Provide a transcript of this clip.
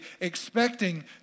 expecting